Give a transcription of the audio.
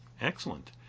Excellent